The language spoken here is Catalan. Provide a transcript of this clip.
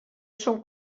són